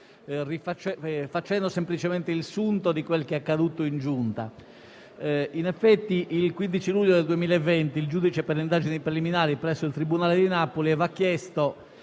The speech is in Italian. facendo semplicemente il sunto di quanto accaduto in Giunta. In effetti il 15 luglio del 2020 il giudice per le indagini preliminari presso il tribunale di Napoli aveva chiesto